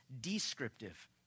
descriptive